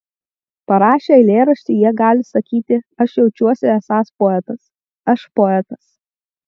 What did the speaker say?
parašę eilėraštį jie gali sakyti aš jaučiuosi esąs poetas aš poetas